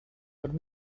were